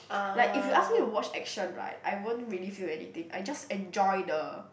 like if you ask me to watch action right I won't really feel anything I just enjoy the